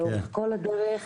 לאורך כל הדרך.